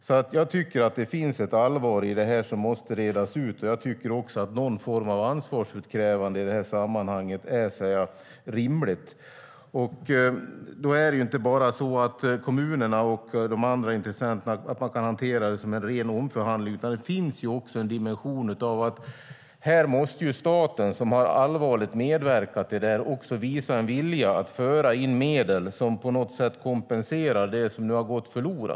Jag tycker därför att det finns ett allvar i det här som måste redas ut, och jag tycker också att någon form av ansvarsutkrävande i det här sammanhanget är rimligt. Det är inte bara så att kommunerna och de andra intressenterna kan hantera det som en ren omförhandling, utan det finns också en dimension av att staten som allvarligt har medverkat till detta också måste visa vilja att föra in medel som på något sätt kompenserar det som nu har gått förlorat.